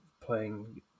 playing